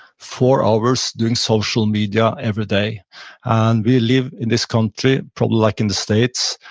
four hours doing social media every day and we live in this country, probably like in the states,